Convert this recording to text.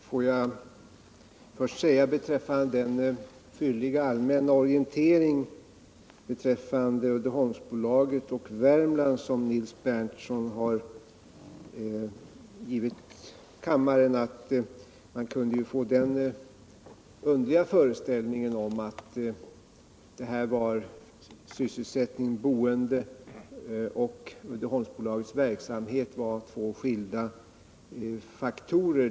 Får jag först säga beträffande den fylliga allmänna orientering om Uddeholmsbolaget och Värmland som Nils Berndtson har givit kammaren, att man kunde få den underliga föreställningen att sysselsättning och boende samt Uddeholmsbolagets verksamhet var två skilda faktorer.